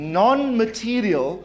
non-material